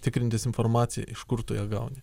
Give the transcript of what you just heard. tikrintis informaciją iš kur tu ją gauni